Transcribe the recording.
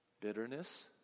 bitterness